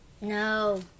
No